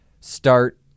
start